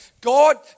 God